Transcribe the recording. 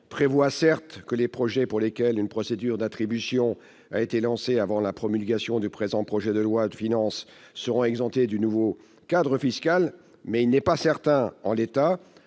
prévoit, certes, que les projets pour lesquels une procédure d'attribution a été lancée avant la promulgation du présent projet de loi de finances seront exemptés du nouveau cadre fiscal, mais il n'est pas certain, en l'état